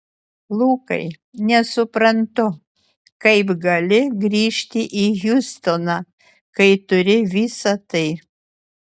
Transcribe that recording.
lukai nesuprantu kaip gali grįžti į hjustoną kai turi visa tai